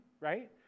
right